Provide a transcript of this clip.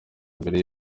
imbere